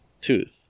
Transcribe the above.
Tooth